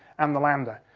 and the lander.